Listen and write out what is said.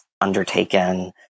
undertaken